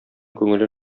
күңеле